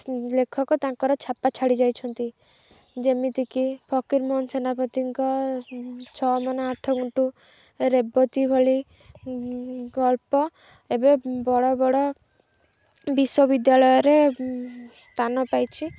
ଲେଖକ ତାଙ୍କର ଛାପା ଛାଡ଼ି ଯାଇଛନ୍ତି ଯେମିତିକି ଫକୀରମୋହନ ସେନାପତିଙ୍କ ଛଅମାଣ ଆଠ ଗୁଣ୍ଟୁ ରେବତୀ ଭଳି ଗଳ୍ପ ଏବେ ବଡ଼ ବଡ଼ ବିଶ୍ୱବିଦ୍ୟାଳୟରେ ସ୍ଥାନ ପାଇଛି